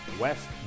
West